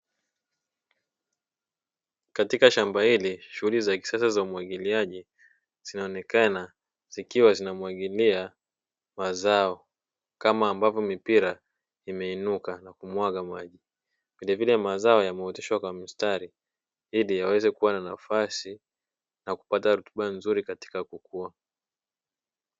Katika shamba hili shughuli za kisasa za umwagiliaji zinaonekana zikiwa zinamwagilia mazao kama ambavyo mipira imeinuka na kumwaga maji, vilevile mazao yameoteshwa kwa mstari ili yaweze kuwa na nafasi na kupata rutuba nzuri katika kukua.